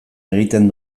egiten